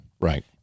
Right